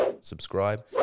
subscribe